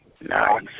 Nice